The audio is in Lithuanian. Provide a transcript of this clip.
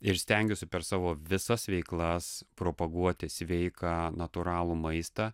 ir stengiuosi per savo visas veiklas propaguoti sveiką natūralų maistą